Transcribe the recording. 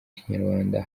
kinyarwanda